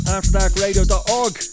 Afterdarkradio.org